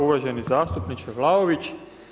Uvaženi zastupniče Vlaović.